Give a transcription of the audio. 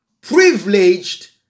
privileged